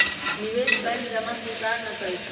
निवेश बैंक जमा स्वीकार न करइ छै